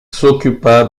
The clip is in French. s’occupa